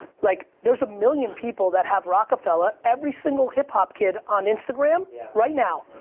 like there's a million people that have roc-a-fella, every single hip hop kid on instagram yeah right now,